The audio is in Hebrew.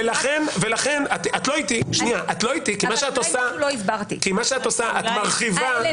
את לא איתי כי מה שאת עושה, את מרחיבה.